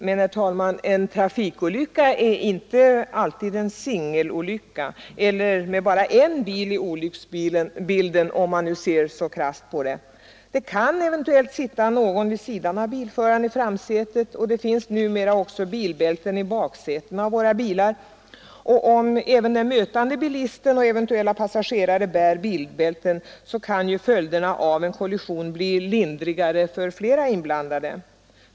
Men, herr talman, en trafikolycka är inte alltid en singelolycka, med bara en bil i olycksbilden — om man nu skall se det så krasst. Det kan också sitta någon vid sidan av bilföraren i framsätet. Det finns numera även bilbälten i baksätena på våra bilar. Om även den mötande bilisten och eventuella passagerare bär bilbälten, kan ju följderna av en kollision bli lindrigare för flera inblandade.